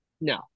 no